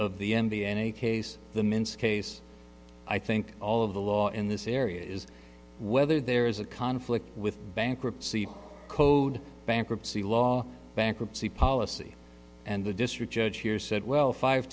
v any case the mint's case i think all of the law in this area is whether there is a conflict with bankruptcy code bankruptcy law bankruptcy policy and the district judge here said well five